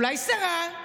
אולי שרה,